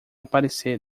aparecer